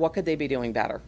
what could they be doing better